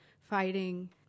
fighting